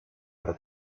per